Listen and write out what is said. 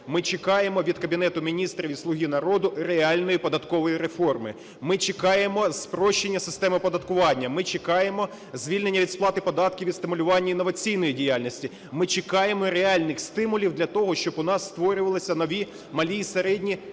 Ми чекаємо від Кабінету Міністрів і "Слуги народу" реальної податкової реформи. Ми чекаємо спрощення системи оподаткування. Ми чекаємо звільнення від сплати податків і стимулювання інноваційної діяльності. Ми чекаємо реальних стимулів для того, щоби у нас створювалися нові малі і середні